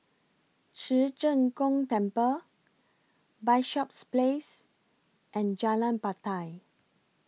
Ci Zheng Gong Temple Bishops Place and Jalan Batai